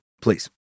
please